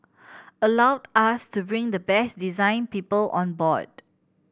allowed us to bring the best design people on board